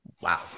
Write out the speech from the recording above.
Wow